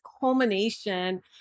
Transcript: culmination